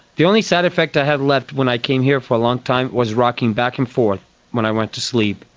the only sad effect i had left when i came here for a long time was rocking back and forth when i went to sleep.